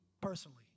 personally